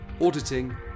auditing